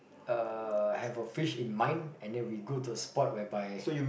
uh have a fish in mind and then we go to a spot whereby